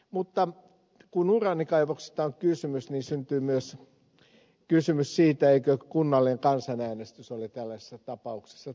mutta kun uraanikaivoksista on kysymys syntyy myös kysymys siitä eikö kunnallinen kansanäänestys ole tällaisessa tapauksessa tarpeen